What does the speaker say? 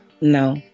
no